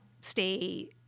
stay